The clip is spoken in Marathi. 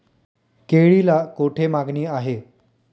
केळीला कोठे मागणी आहे?